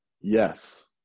Yes